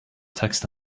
text